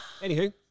Anywho